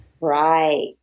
Right